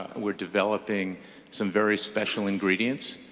we're developing some very special ingredients.